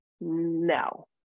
no